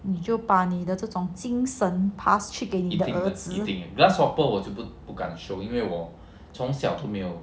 你就把你的这种精神 pass 去给你的儿子